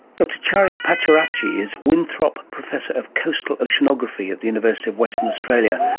dr chari pattiaratchi is winthrop professor of coastal oceanography at the university of western australia,